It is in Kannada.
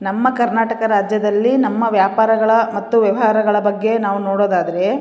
ನಮ್ಮ ಕರ್ನಾಟಕ ರಾಜ್ಯದಲ್ಲಿ ನಮ್ಮ ವ್ಯಾಪಾರಗಳ ಮತ್ತು ವ್ಯವಾರಗಳ ಬಗ್ಗೆ ನಾವು ನೋಡೋದಾದ್ರೆ